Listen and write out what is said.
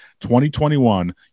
2021